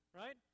right